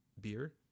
beer